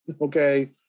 Okay